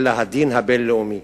אלא הדין הבין-לאומי.